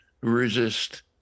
resist